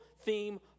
theme